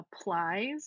applies